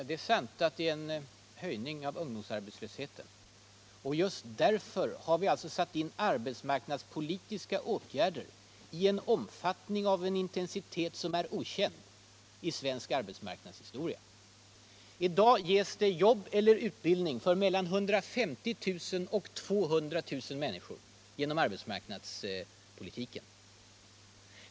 Herr talman! Ja, det är sant att ungdomsarbetslösheten har ökat. Det är just därför som vi har satt in arbetsmarknadspolitiska åtgärder i en omfattning och en intensitet som är okänd i svensk arbetsmarknadshistoria. I dag ges det jobb eller utbildning för mellan 150 000 och 200 000 människor genom arbetsmarknadspolitiken.